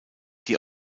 die